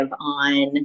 on